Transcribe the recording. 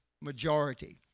majority